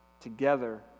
together